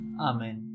Amen